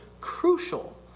crucial